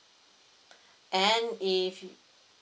and if